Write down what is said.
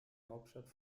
hauptstadt